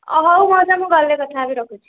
ହଉ ମାଉସା ମୁଁ ଗଲେ କଥା ହେବି ରଖୁଛି